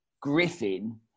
Griffin